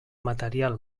material